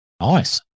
Nice